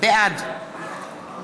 בעד